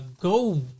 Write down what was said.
Go